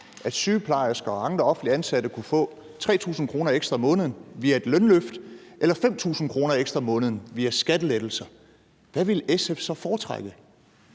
at sygeplejersker og andre offentligt ansatte kunne få 3.000 kr. ekstra om måneden via et lønløft eller 5.000 kr. ekstra om måneden via skattelettelser, hvad ville SF så foretrække?